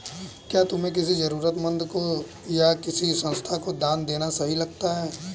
क्या तुम्हें किसी जरूरतमंद को या किसी संस्था को दान देना सही लगता है?